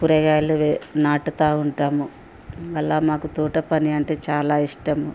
కూరగాయలు వే నాటుతా ఉంటాము అలా మాకు తోట పని అంటే చాలా ఇష్టము